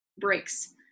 breaks